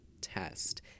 test